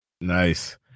nice